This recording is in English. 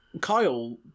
Kyle